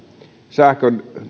sähkön